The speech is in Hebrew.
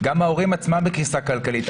גם ההורים עצמם בקריסה כלכלית.